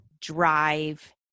drive